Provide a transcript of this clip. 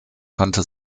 konnte